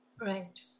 Right